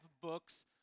books